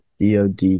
DOD